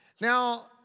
Now